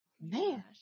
man